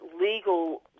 legal